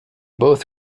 both